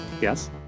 Yes